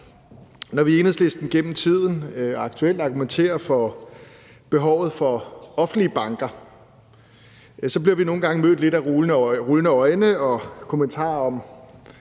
når vi i Enhedslisten – gennem tiden og aktuelt – argumenterer for behovet for offentlige banker, bliver vi nogle gange lidt mødt af rullende øjne, kommentarer om